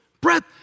breath